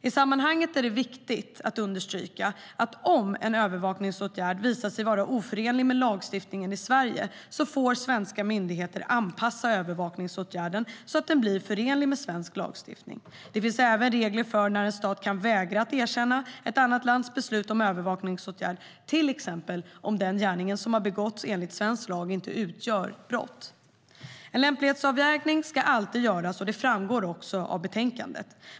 I sammanhanget är det viktigt att understryka att om en övervakningsåtgärd visar sig vara oförenlig med lagstiftningen i Sverige får svenska myndigheter anpassa övervakningsåtgärden så att den blir förenlig med svensk lagstiftning. Det finns även regler för när en stat kan vägra att erkänna ett annat lands beslut om övervakningsåtgärd, till exempel om den gärning som har begåtts inte utgör ett brott enligt svensk lag. En lämplighetsavvägning ska alltid göras - det framgår också av betänkandet.